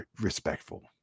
respectful